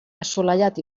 assolellat